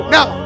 Now